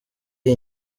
iyi